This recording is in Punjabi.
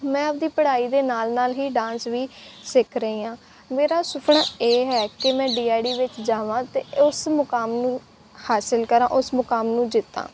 ਮੈਂ ਆਪਦੀ ਪੜ੍ਹਾਈ ਦੇ ਨਾਲ ਨਾਲ ਹੀ ਡਾਂਸ ਵੀ ਸਿੱਖ ਰਹੀ ਹਾਂ ਮੇਰਾ ਸੁਫਨਾ ਇਹ ਹੈ ਕਿ ਮੈਂ ਡੀ ਆਈ ਡੀ ਵਿੱਚ ਜਾਵਾਂ ਅਤੇ ਉਸ ਮੁਕਾਮ ਨੂੰ ਹਾਸਿਲ ਕਰਾਂ ਉਸ ਮੁਕਾਮ ਨੂੰ ਜਿੱਤਾਂ